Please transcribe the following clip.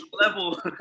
level